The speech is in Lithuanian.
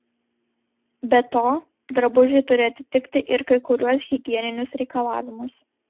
be to drabužiai turi atitikti ir kai kuriuos higieninius reikalavimus